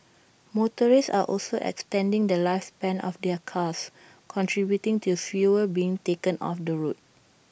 motorists are also extending the lifespan of their cars contributing to fewer being taken off the road